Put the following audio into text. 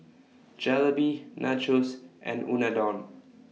Jalebi Nachos and Unadon